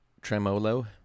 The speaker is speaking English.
tremolo